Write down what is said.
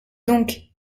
donc